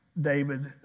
David